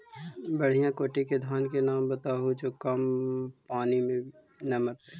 बढ़िया कोटि के धान के नाम बताहु जो कम पानी में न मरतइ?